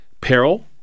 peril